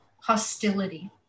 hostility